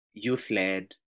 youth-led